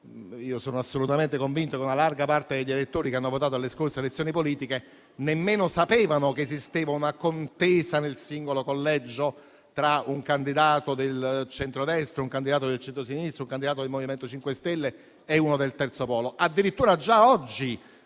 Io sono assolutamente convinto che una larga parte degli elettori che hanno votato alle scorse elezioni politiche nemmeno sapeva dell'esistenza di una contesa nel singolo collegio tra un candidato del centrodestra, uno del centrosinistra, uno del MoVimento 5 Stelle e uno del terzo polo.